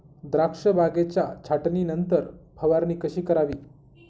द्राक्ष बागेच्या छाटणीनंतर फवारणी कशी करावी?